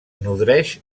nodreix